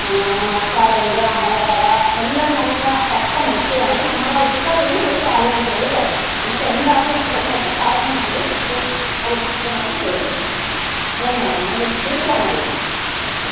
ആ മണക്കാട് ഉണ്ട് അമ്പലത്തറ എല്ലാം നല്ല പച്ച മത്സ്യം ആണ് നമ്മളെ ഇഷ്ടത്തിന് അവർ പാചകം ചെയ്തു തരും നമ്മൾക്ക് എന്താണ് വേണ്ടതെന്ന് വച്ചാൽ പറഞ്ഞാൽ മതി അത് അത് കൃത്യമായിട്ട് ചെയ്തു തന്നിരിക്കും ശരി മാഡം നിങ്ങൾ വിളിച്ചാൽ മതി എന്നെ ആ ശരി